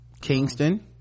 Kingston